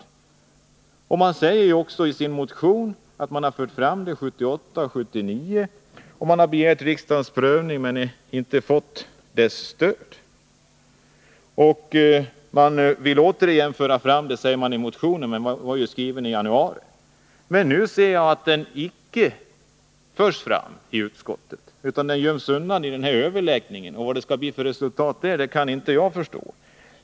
I sin motion säger man att det kravet har förts fram 1978 och 1979, att man har begärt riksdagens prövning men inte fått dess stöd. Nu vill man, står det i motionen som skrevs i januari, åter föra fram det. Jag finner emellertid att kravet inte har förts fram i utskottet, utan det göms undan i den här överläggningen. Jag kan inte förstå vad man vill få ut för resultat av det.